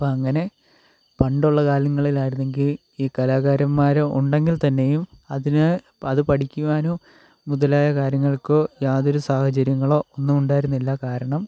അപ്പം അങ്ങനെ പണ്ടുള്ള കാലങ്ങളിലായിരുന്നെങ്കിൽ ഈ കലാകാരന്മാർ ഉണ്ടെങ്കിൽ തന്നെയും അതിന് അത് പഠിക്കുവാനോ മുതലായ കാര്യങ്ങൾക്കോ യാതൊരു സാഹചര്യങ്ങളോ ഒന്നും ഉണ്ടായിരുന്നില്ല കാരണം